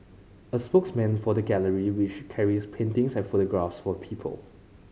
a spokesman for the gallery which carries paintings and photographs for people